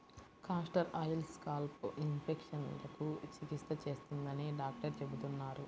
castor oil scalp ఇన్ఫెక్షన్లకు చికిత్స చేస్తుందని డాక్టర్లు చెబుతున్నారు